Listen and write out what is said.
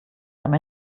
haben